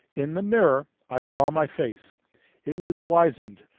in the mirror i saw my face it was wizened,